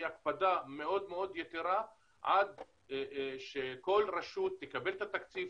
ההקפדה היא הקפדה מאוד יתרה עד שכל רשות תקבל את התקציב,